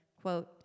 quote